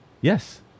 Yes